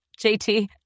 JT